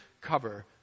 cover